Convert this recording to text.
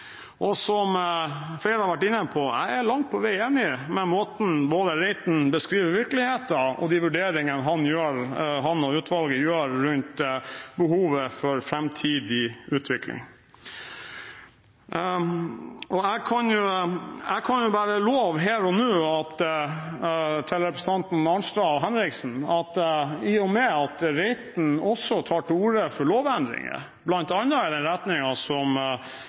Og som flere har vært inne på, er jeg langt på vei enig i både måten Reiten beskriver virkeligheten på og de vurderingene som han og utvalget gjør rundt behovet for framtidig utvikling. Og jeg kan her og nå love representantene Arnstad og Henriksen – i og med at Reiten-utvalget også tar til orde for lovendringer, bl.a. i den retningen som